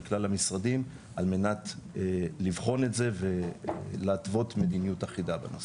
כלל המשרדים על מנת לבחון את זה ולהתוות מדיניות אחידה בנושא.